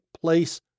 place